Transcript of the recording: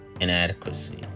inadequacy